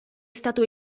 stato